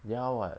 ya [what]